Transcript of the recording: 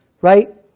right